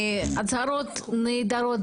הצהרות נהדרות,